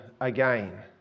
again